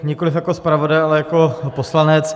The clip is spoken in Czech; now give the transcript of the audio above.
Nikoliv jako zpravodaj, ale jako poslanec.